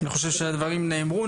אני חושב שהדברים נאמרו,